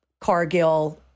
Cargill